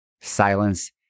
silence